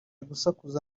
gusakuza